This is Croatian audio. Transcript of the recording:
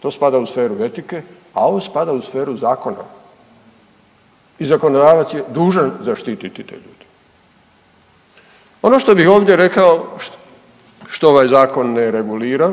To spada u sferu etike, a ovo spada u sferu zakona. I zakonodavac je dužan zaštititi te ljude. Ono što bih ovdje rekao što ovaj zakon ne regulira,